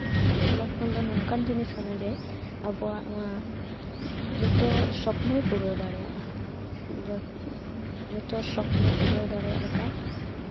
smart phone ᱫᱚ ᱱᱚᱝᱠᱟᱱ ᱡᱤᱱᱤᱥ ᱠᱟᱱᱟ ᱡᱮ ᱟᱵᱚᱣᱟᱜ ᱱᱚᱣᱟ ᱡᱚᱛᱚ ᱥᱚᱯᱱᱚᱭ ᱯᱩᱨᱟᱹᱣ ᱫᱟᱲᱮᱭᱟᱜᱼᱟ ᱡᱚᱛᱚ ᱥᱚᱯᱱᱚ ᱯᱩᱨᱟᱹᱣ ᱫᱟᱲᱮᱭᱟᱜ ᱞᱮᱠᱟ